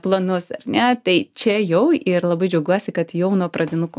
planus ar ne tai čia jau ir labai džiaugiuosi kad jau nuo pradinukų